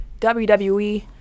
WWE